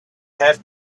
have